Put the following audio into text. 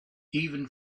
even